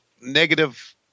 negative